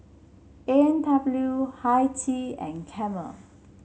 A and W Hi Tea and Camel